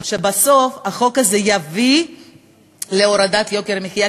שבסוף החוק הזה יביא להורדת יוקר המחיה,